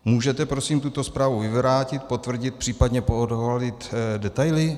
Můžete prosím tuto zprávu vyvrátit, potvrdit, případně poodhalit detaily?